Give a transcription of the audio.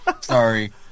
Sorry